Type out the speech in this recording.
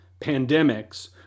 pandemics